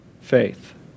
faith